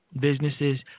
businesses